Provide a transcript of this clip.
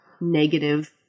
negative